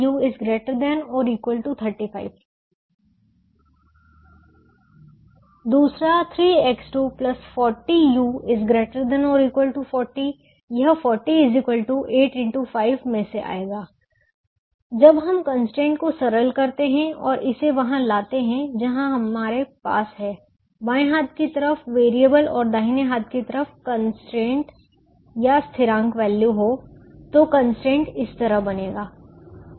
दूसरा 3X240u ≥ 40 यह 40 8x5 में से आएगा जब हम कंस्ट्रेंट को सरल करते हैं और इसे वहां लाते हैं जहां हमारे पास है बाएं हाथ की तरफ वेरिएबल और दाहिने हाथ की तरफ कांस्टेंटस्थिरांक वैल्यू हो तो कंस्ट्रेंट इस तरह बनेगा